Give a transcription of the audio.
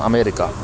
America